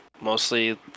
mostly